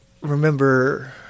remember